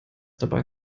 dabei